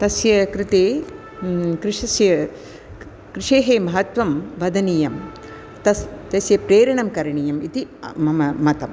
तस्य कृते कृषस्य कृषेः महत्त्वं वदनीयं तस् तस्य प्रेरणं करणीयम् इति मम मतं